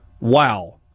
wow